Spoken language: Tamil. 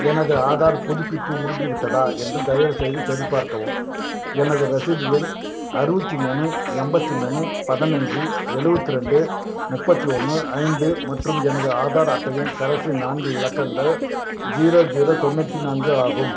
எனது ஆதார் புதுப்பிப்பு முடிந்துவிட்டதா என்று தயவுசெய்து சரிபார்க்கவும் எனது ரசீது எண் அறுபத்தி மூணு எண்பத்தி மூணு பதினஞ்சி எழுவத்து ரெண்டு முப்பத்தி ஒன்று ஐந்து மற்றும் எனது ஆதார் அட்டையின் கடைசி நான்கு இலக்கங்கள் ஜீரோ ஜீரோ தொண்ணூற்றி நான்கு ஆகும்